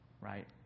right